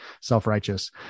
self-righteous